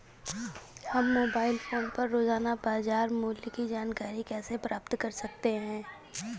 हम mobile phone पर रोजाना बाजार मूल्य की जानकारी कैसे प्राप्त कर सकते हैं?